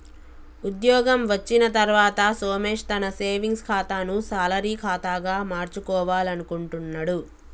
ఉద్యోగం వచ్చిన తర్వాత సోమేష్ తన సేవింగ్స్ ఖాతాను శాలరీ ఖాతాగా మార్చుకోవాలనుకుంటున్నడు